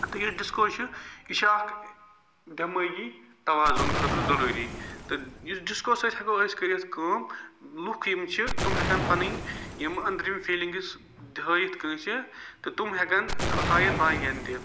تہٕ یہِ ڈِسکو چھُ یہِ چھُ اَکھ دمٲغی توازُن خٲطرٕ ضُروٗری تہٕ یُس ڈِسکو سۭتۍ ہیٚکو أسۍ کٔرتھ کٲم لوٗکھ یِم چھِ تِم ہیٚکَن پنٕنۍ یِم أنٛدرِم فیٖلِنٛگٕس ہٲیِتھ کٲنٛسہِ تہٕ تِم ہیٚکَن ہٲیِتھ باقٕیَن تہِ